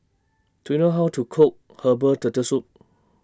Do YOU know How to Cook Herbal Turtle Soup